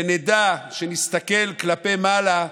ונדע, כשנסתכל כלפי מעלה,